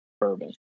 bourbon